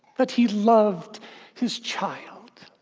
that he loved his child,